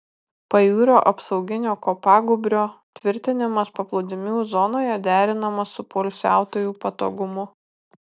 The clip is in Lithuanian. pajūrio apsauginio kopagūbrio tvirtinimas paplūdimių zonoje derinamas su poilsiautojų patogumu